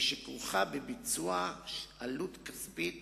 ושכרוכה בביצוע עלות כספית